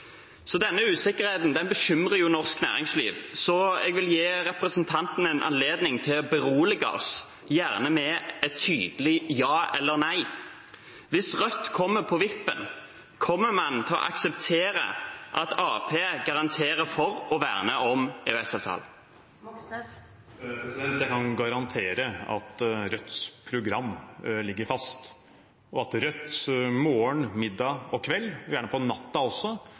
Denne usikkerheten bekymrer norsk næringsliv, så jeg vil gi representanten en anledning til å berolige oss, gjerne med et tydelig ja eller nei: Hvis Rødt kommer på vippen, kommer man til å akseptere at Arbeiderpartiet garanterer for og verner om EØS-avtalen? Jeg kan garantere at Rødts program ligger fast, og at Rødt morgen, middag og kveld – gjerne på natta også